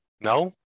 no